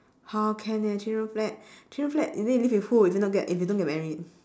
how can eh three room flat three room flat is it live with who if you don't you don't get married